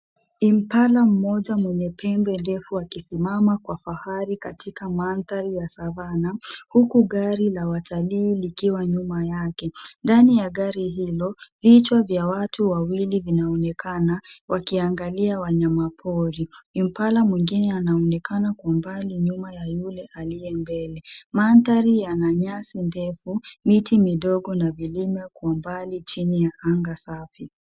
Impala mmoja mwenye pembe ndefu akisimama kwa fahari katika mandhari ya savanna huku gari la watalii likiwa nyuma yake. Ndani ya gari hilo, vichwa vya watu wawili vinaonekana wakiangalia wanyamapori. Impala mwingine anaonekana kwa mbali nyuma ya yule aliye mbele. Mandhari yana nyasi ndefu, miti midogo na vilima kwa mbali chini ya anga safi.